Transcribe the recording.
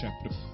chapter